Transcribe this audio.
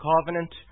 covenant